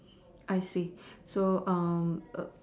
I see so